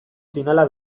finala